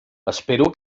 espero